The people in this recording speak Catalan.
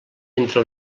entre